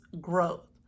growth